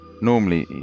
Normally